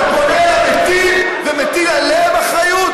אתה פונה אל המתים ומטיל עליהם אחריות,